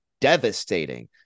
devastating